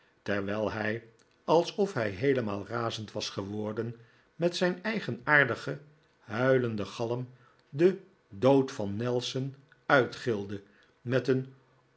terwijl hij alsof hij heelemaal razend was geworden met zijn eigenaardigen huilenden galm de dood van nelson uitgilde met een